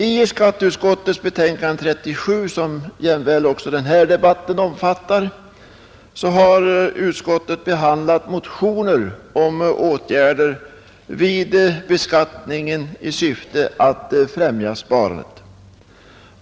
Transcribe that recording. I skatteutskottets betänkande nr 37, som denna debatt jämväl omfattar, har utskottet behandlat motioner om åtgärder vid beskattningen i syfte att främja sparandet.